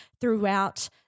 throughout